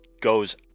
goes